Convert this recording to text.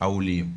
העולים תימשך,